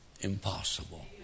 Impossible